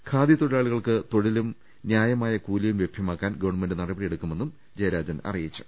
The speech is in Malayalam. ഖാദി തൊഴിലാളികൾക്ക് തൊഴിലും നൃായമാ യ കൂലിയും ലഭ്യമാക്കാൻ ഗവൺമെന്റ് നടപടിയെടുക്കുമെന്നും ജയരാജൻ അറിയിച്ചു